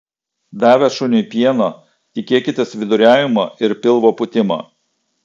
davę šuniui pieno tikėkitės viduriavimo ir pilvo pūtimo